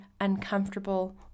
uncomfortable